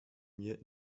mir